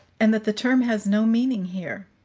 and that the term has no meaning here.